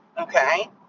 okay